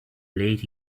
late